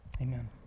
Amen